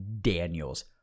Daniels